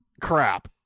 crap